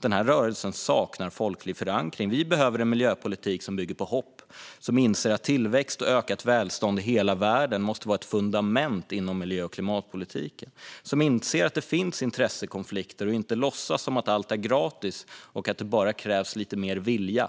Denna rörelse saknar folklig förankring. Vi behöver en miljöpolitik som bygger på hopp, som inser att tillväxt och ökat välstånd i hela världen måste vara ett fundament inom miljö och klimatpolitiken, som inser att det finns intressekonflikter och inte låtsas som att allt är gratis och att det bara krävs lite mer vilja.